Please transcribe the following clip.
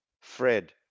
Fred